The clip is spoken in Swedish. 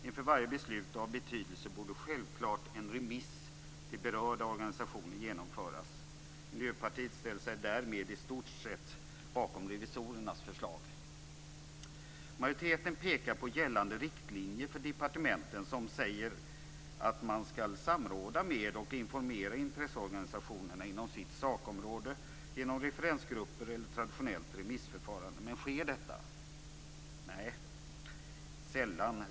Inför varje beslut av betydelse borde självfallet en remiss till berörda organisationer genomföras. Miljöpartiet ställer sig därmed i stort sett bakom revisorernas förslag. Majoriteten pekar på gällande riktlinjer för departementen som säger att man skall samråda med och informera intresseorganisationerna inom sitt sakområde genom referensgrupper eller traditionellt remissförfarande. Men sker detta? Nej, sällan!